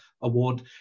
award